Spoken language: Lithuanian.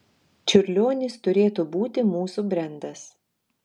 čiurlionis turėtų būti mūsų brendas